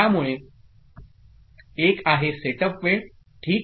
त्यामुळे एकआहेसेटअप वेळ ठीक